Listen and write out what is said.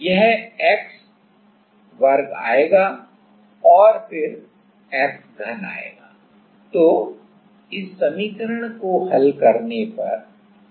तो यह x वर्गआएगा और फिर x घन आएगा